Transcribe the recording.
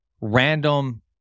random